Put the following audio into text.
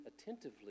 attentively